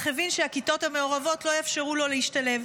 אך הבין שהכיתות המעורבות לא יאפשרו לו להשתלב.